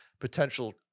potential